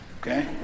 okay